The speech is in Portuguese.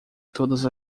todas